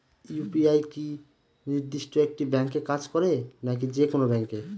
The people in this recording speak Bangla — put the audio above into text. ইউ.পি.আই কি নির্দিষ্ট একটি ব্যাংকে কাজ করে নাকি যে কোনো ব্যাংকে?